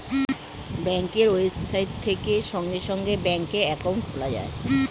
ব্যাঙ্কের ওয়েবসাইট থেকে সঙ্গে সঙ্গে ব্যাঙ্কে অ্যাকাউন্ট খোলা যায়